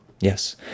Yes